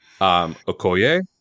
Okoye